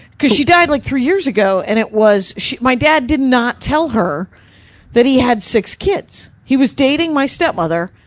cause she died like three years ago, and it was. my dad did not tell her that he had six kids. he was dating my stepmother,